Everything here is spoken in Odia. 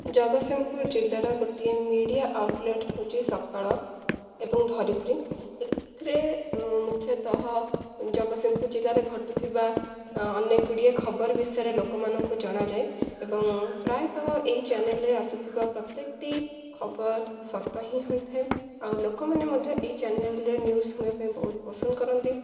ଜଗତସିଂହପୁର ଜିଲ୍ଲାର ଗୋଟିଏ ମିଡ଼ିଆ ଆଉଟ୍ଲେଟ୍ ହେଉଛି ସକାଳ ଏବଂ ଧରିତ୍ରୀ ଏଥିରେ ମୁଖ୍ୟତଃ ଜଗତସିଂପୁର ଜିଲ୍ଲାରେ ଘଟୁଥିବା ଅନେକ ଗୁଡ଼ିଏ ଖବର ବିଷୟରେ ଲୋକମାନଙ୍କୁ ଜଣାଯାଏ ଏବଂ ପ୍ରାୟତଃ ଏହି ଚ୍ୟାନେଲ୍ରେ ଆସୁଥିବା ପ୍ରତ୍ୟେକଟି ଖବର ସତ ହିଁ ହୋଇଥାଏ ଆଉ ଲୋକମାନେ ମଧ୍ୟ ଏହି ଚ୍ୟାନେଲ୍ରେ ନ୍ୟୁଜ୍ ଶୁଣିବା ପାଇଁ ବହୁତ ପସନ୍ଦ କରନ୍ତି